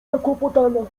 zakłopotana